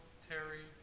Terry